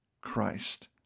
Christ